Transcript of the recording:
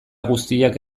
guztiak